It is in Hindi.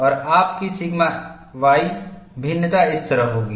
और आपकी सिग्मा y भिन्नता इस तरह होगी